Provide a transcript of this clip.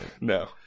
No